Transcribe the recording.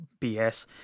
bs